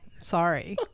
Sorry